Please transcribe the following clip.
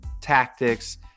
tactics